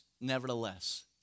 nevertheless